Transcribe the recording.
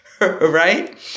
right